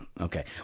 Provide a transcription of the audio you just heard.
Okay